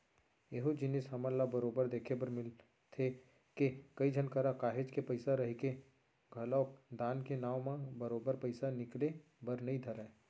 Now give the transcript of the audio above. एहूँ जिनिस हमन ल बरोबर देखे बर मिलथे के, कई झन करा काहेच के पइसा रहिके घलोक दान के नांव म बरोबर पइसा निकले बर नइ धरय